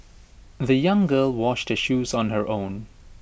the young girl washed her shoes on her own